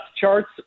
charts